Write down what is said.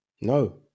No